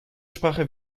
sprache